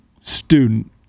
student